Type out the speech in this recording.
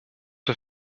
für